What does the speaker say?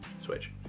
Switch